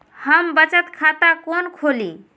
हम बचत खाता कोन खोली?